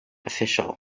official